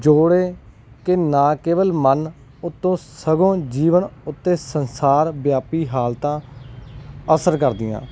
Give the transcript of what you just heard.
ਜੋੜੇ ਕਿ ਨਾ ਕੇਵਲ ਮਨ ਉੱਤੋਂ ਸਗੋਂ ਜੀਵਨ ਉੱਤੇ ਸੰਸਾਰ ਵਿਆਪੀ ਹਾਲਤਾਂ ਅਸਰ ਕਰਦੀਆਂ